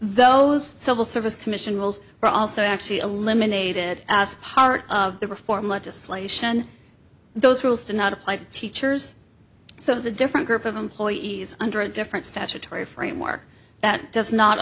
those civil service commission rules were also actually eliminated as part of the reform legislation those rules do not apply to teachers so it's a different group of employees under a different statutory framework that does not